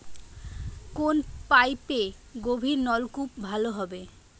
কোন পাইপে গভিরনলকুপ ভালো হবে?